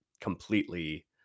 completely